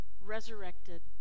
resurrected